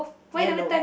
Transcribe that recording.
yellow